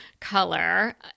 color